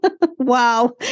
wow